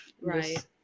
right